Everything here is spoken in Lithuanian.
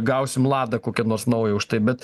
gausim ladą kokią nors naują už tai bet